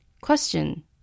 Question